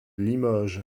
limoges